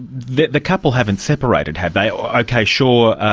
the the couple haven't separated, have they? okay, sure,